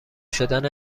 شدن